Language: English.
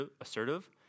assertive